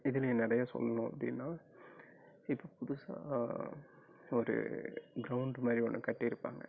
இதுலேயும் நிறைய சொல்லணும் அப்படின்னா இப்போ புதுசாக ஒரு கிரௌண்ட்டு மாதிரி ஒன்று கட்டி இருப்பாங்க